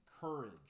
courage